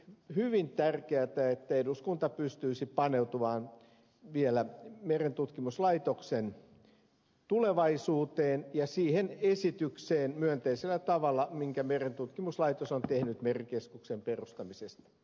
olisi hyvin tärkeätä että eduskunta pystyisi paneutumaan vielä merentutkimuslaitoksen tulevaisuuteen ja siihen esitykseen myönteisellä tavalla minkä merentutkimuslaitos on tehnyt merikeskuksen perustamisesta s